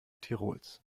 tirols